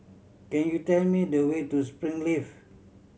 could you tell me the way to Springleaf